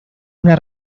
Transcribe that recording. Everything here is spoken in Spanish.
una